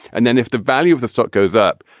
and then if the value of the stock goes up,